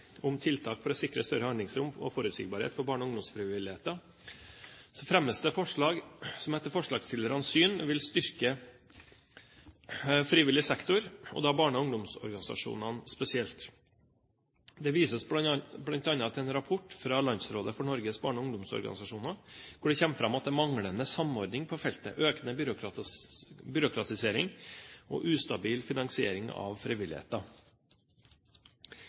om tiltak for å sikre større handlingsrom og forutsigbarhet for barne- og ungdomsfrivilligheten, fremmes det forslag som etter forslagsstillernes syn vil styrke frivillig sektor, og da barne- og ungdomsorganisasjonene spesielt. Det vises bl.a. til en rapport fra Landsrådet for Norges barne- og ungdomsorganisasjoner, LNU, hvor det kommer fram at det er manglende samordning på feltet, økende byråkratisering og ustabil finansiering av frivilligheten.